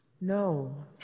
No